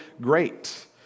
great